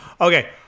Okay